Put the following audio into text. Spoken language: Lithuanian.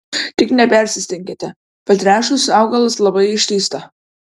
tik nepersistenkite pertręšus augalas labai ištįsta